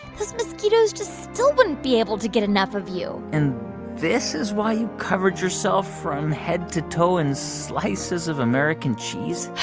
those mosquitoes just still wouldn't be able to get enough of you and this is why you covered yourself from head to toe in slices of american cheese?